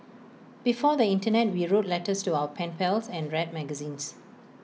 before the Internet we wrote letters to our pen pals and read magazines